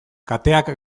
kateak